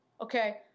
okay